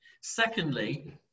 Secondly